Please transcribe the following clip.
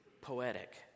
poetic